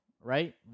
right